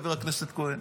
חבר הכנסת כהן.